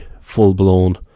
full-blown